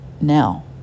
now